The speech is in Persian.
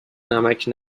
نمکـ